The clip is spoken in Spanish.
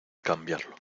cambiarlo